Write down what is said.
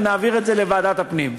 ונעביר את זה לוועדת הפנים.